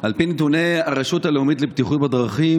על פי נתוני הרשות הלאומית לבטיחות בדרכים,